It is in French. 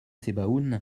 sebaoun